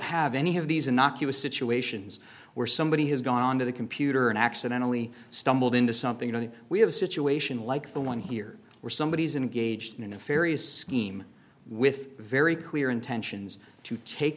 have any of these innocuous situations where somebody has gone to the computer and accidentally stumbled into something and we have a situation like the one here where somebody is engaged in a fairy scheme with very clear intentions to take